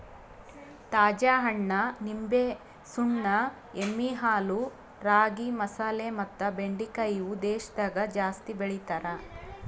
ತಾಜಾ ಹಣ್ಣ, ನಿಂಬೆ, ಸುಣ್ಣ, ಎಮ್ಮಿ ಹಾಲು, ರಾಗಿ, ಮಸಾಲೆ ಮತ್ತ ಬೆಂಡಿಕಾಯಿ ಇವು ದೇಶದಾಗ ಜಾಸ್ತಿ ಬೆಳಿತಾರ್